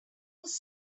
was